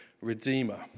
redeemer